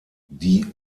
die